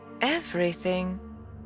Everything